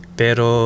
pero